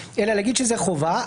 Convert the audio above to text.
אלא להגיד שזה חובה,